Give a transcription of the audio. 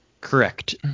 Correct